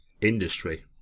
industry